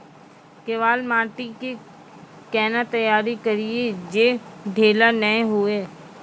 केवाल माटी के कैना तैयारी करिए जे ढेला नैय हुए?